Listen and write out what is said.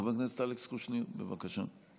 חבר הכנסת אלכס קושניר, בבקשה.